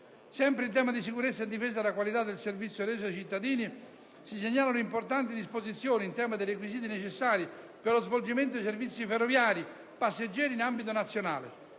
Sempre in tema di sicurezza e a difesa della qualità del servizio reso ai cittadini, si segnalano importanti disposizioni recate dal testo in esame in tema dei requisiti necessari per lo svolgimento di servizi ferroviari passeggeri in ambito nazionale.